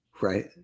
right